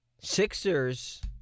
Sixers